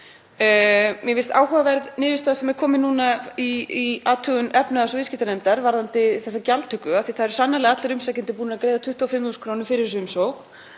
Mér finnst áhugaverð niðurstaða sem er kominn núna í athugun efnahags- og viðskiptanefndar varðandi þessa gjaldtöku af því að það eru sannarlega allir umsækjendur búnir að greiða 25.000 kr. fyrir þessa umsókn